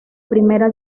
primera